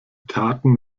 taten